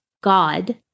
God